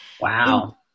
Wow